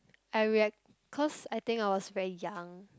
I react cause I think I was very young